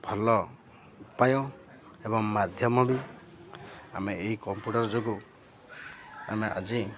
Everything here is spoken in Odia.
ଭଲ ଉପାୟ ଏବଂ ମାଧ୍ୟମ ବି ଆମେ ଏଇ କମ୍ପ୍ୟୁଟର ଯୋଗୁ ଆମେ ଆଜି